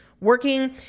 working